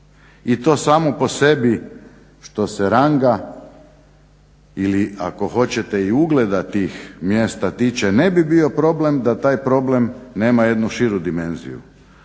I to samo po sebi što se ranga ili ako hoćete i ugleda tih mjesta tiče ne bi bio problem da taj problem nema jednu širu dimenziju,